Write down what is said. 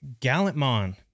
Gallantmon